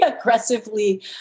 aggressively